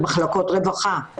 -- במחלקות רווחה.